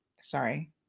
Sorry